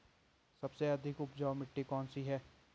सबसे अधिक उपजाऊ मिट्टी कौन सी है?